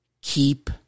keep